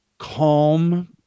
calm